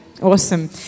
Awesome